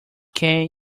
can